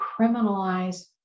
criminalize